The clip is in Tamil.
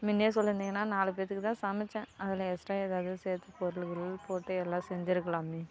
முன்னே சொல்லியிருந்திங்கனா நாலு பேத்துக்கு தான் சமைச்சேன் அதில் எக்ஸ்ட்டா எதாவது சேர்த்து பொருள் கிருள் போட்டு எல்லா செஞ்சுருக்கலாமே